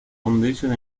foundation